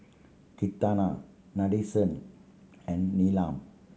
Ketna Nadesan and Neelam